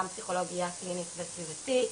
גם פסיכולוגיה קלינית סביבתית.